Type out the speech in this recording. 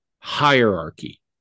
hierarchy